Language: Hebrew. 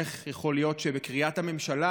איך יכול להיות שבקריית הממשלה,